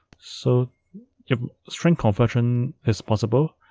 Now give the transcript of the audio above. so if string conversion is possible,